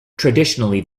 traditionally